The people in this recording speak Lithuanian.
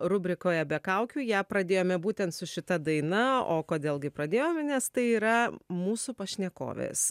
rubrikoje be kaukių ją pradėjome būtent su šita daina o kodėl gi pradėjome nes tai yra mūsų pašnekovės